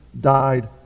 died